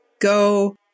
go